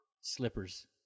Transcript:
slippers